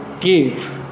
give